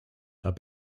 are